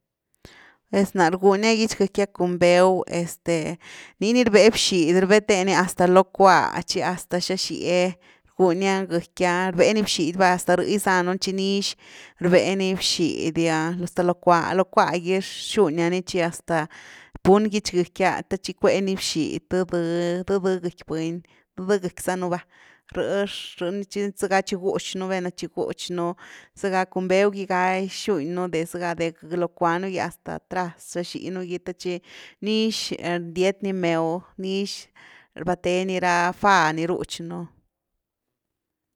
Pues na rgunia gitx-gëckya cun bew este, niini rbe bxid rbeteni, hasta loo cua. tchi hasta xaxíe rgunia gëckya rbe ni bxidy va, hasta rh gisanuni tchi nix rbeni bxidy hasta lo cua- lo cuá gy rxunia ni tchi hasta pun gitx-gëckya te tchi cueni bxid dë-dë, dë-dë gëcky buny, dë-dë gëcky zanu va, rh-rh ni tchi zëga tchi gútchnu velna tchi gútchnú zega cun bew gy ga gyxunnu de zëga de lo kuanu gy hasta atrás xaxinu gy. th tchi nix rndietni mew, nix rbateni ra fa ni rutchnu.